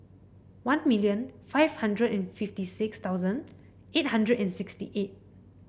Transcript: one million five hundred and fifty six thousand eight hundred and sixty eight